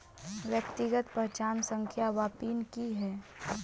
व्यक्तिगत पहचान संख्या वा पिन की है?